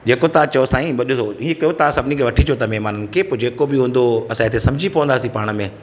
जेको तव्हां चओ साईं भलि ॾिसो इएं कयो तव्हां सभनीनि खे वठी अचो तव्हां हुननि महिमाननि खे पोइ जेको बि हूंदो असां हिते सम्झी पवंदासीं पाण में